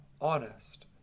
honest